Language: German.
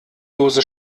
dose